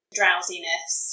drowsiness